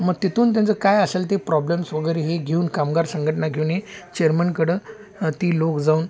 मग तिथून त्यांचं काय असेल ते प्रॉब्लेम्स वगैरे हे घेऊन कामगार संघटना घेऊन ये चेअरमनकडं ती लोक जाऊन